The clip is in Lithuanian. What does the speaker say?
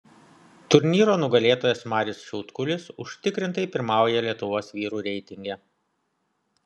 turnyro nugalėtojas marius šiaudkulis užtikrintai pirmauja lietuvos vyrų reitinge